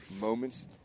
moments